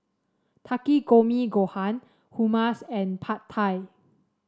Takikomi Gohan Hummus and Pad Thai